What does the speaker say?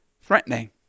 threatening